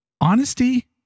Honesty